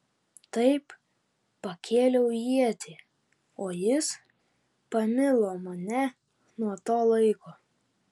taip pakėliau ietį o jis pamilo mane nuo to laiko